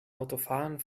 autofahrern